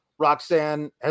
Roxanne